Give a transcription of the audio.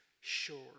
sure